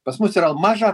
pas mus yra maža